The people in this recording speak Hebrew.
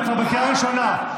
אתה כבר בקריאה ראשונה.